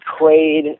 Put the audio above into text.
Quaid